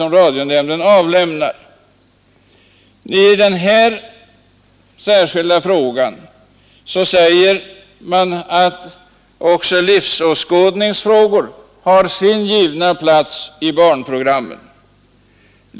I detta fall säger man i promemorian att också livsåskådningsfrågor har sin givna plats i barnprogrammen.